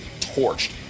torched